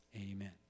Amen